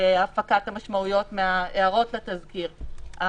הפקת המשמעויות מההערות לתזכיר,